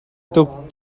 tuk